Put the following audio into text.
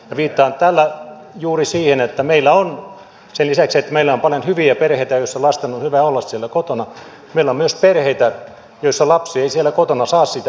viittaan tällä juuri siihen että sen lisäksi että meillä on paljon hyviä perheitä joissa lasten on hyvä olla siellä kotona meillä on myös perheitä joissa lapsi ei kotona saa sitä tukea